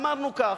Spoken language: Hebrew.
אמרנו כך: